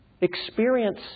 experience